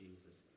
Jesus